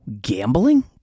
gambling